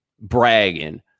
bragging